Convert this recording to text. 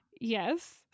Yes